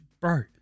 Bro